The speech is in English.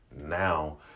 now